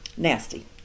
Nasty